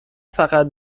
فقط